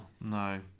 No